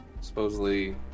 Supposedly